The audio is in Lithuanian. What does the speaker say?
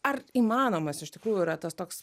ar įmanomas iš tikrųjų yra tas toks